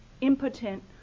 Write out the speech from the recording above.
impotent